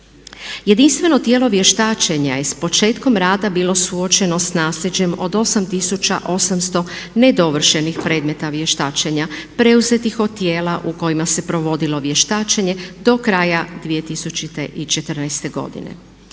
Jedinstveno tijelo vještačenja je s početkom rada bilo suočeno s naslijeđem od 8800 nedovršenih predmeta vještačenja preuzetih od tijela u kojima se provodilo vještačenje do kraja 2014. godine